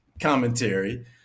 commentary